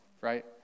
Right